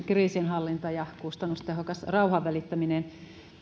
kriisinhallinta ja kustannustehokas rauhanvälittäminen